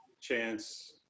chance